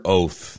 oath